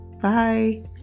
Bye